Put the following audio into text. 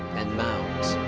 and mounds.